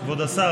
כבוד השר,